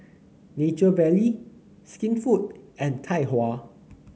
Nature Valley Skinfood and Tai Hua